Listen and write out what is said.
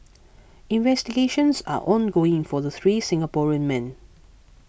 investigations are ongoing for the three Singaporean men